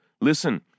Listen